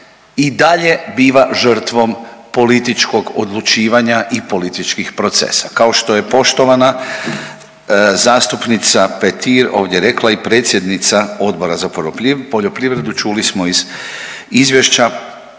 i dalje biva žrtvom političkog odlučivanja i političkih procesa kao što je poštovana zastupnica Petir ovdje rekla i predsjednica Odbora za poljoprivredu čuli smo iz izvješća